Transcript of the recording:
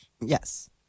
Yes